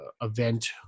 event –